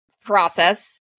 process